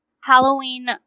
halloween